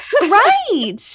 right